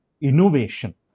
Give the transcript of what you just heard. innovation